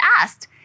asked